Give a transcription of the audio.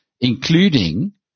including